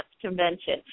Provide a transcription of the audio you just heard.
convention